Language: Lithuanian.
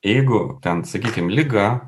jeigu ten sakykim liga